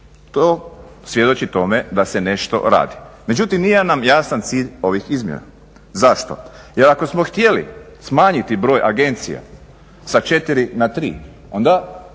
To svjedoči tome da se nešto radi. Međutim nije nam jasan cilj ovih izmjena. Zašto? Jer ako smo htjeli smanjiti broj agencija sa 4 na 3 onda